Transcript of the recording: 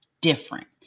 different